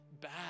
bad